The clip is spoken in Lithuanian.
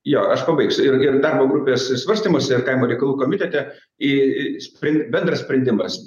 jo aš pabaigsiu ir ir darbo grupės svarstymuose ir kaimo reikalų komitete į į spren bendras sprendimas